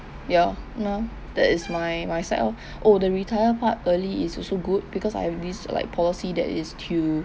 ya nah that is my my side oh oh the retire part early is also good because I have this like policy that is to